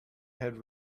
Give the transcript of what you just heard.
had